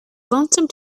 lonesome